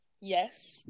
Yes